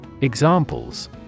Examples